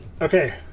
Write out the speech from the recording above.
Okay